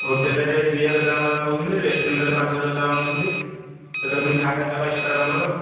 ହୋଟେଲ୍ରେ ଦୁଇ ହଜାର ଟଙ୍କା ନେଉଛନ୍ତି ରେଷ୍ଟୁରାଣ୍ଟ୍ ପାଞ୍ଚ ହଜାର ଟଙ୍କା ନେଉଛନ୍ତି ସେଠାରେ ପୁଣି ଖାଇବା ଖାଇବ ଏକ୍ସଟ୍ରା ତମର